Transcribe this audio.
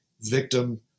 Victim